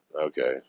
okay